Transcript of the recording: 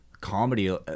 comedy